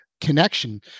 connection